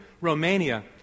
Romania